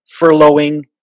furloughing